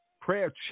Prayer